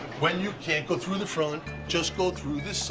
when you can't go through the front just go through the